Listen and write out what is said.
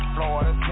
Florida